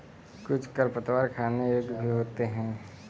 कुछ खरपतवार खाने योग्य भी होते हैं